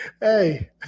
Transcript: Hey